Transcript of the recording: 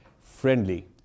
friendly